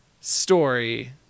story